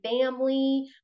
family